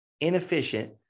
inefficient